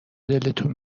دلتون